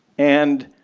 and